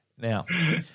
Now